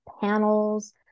panels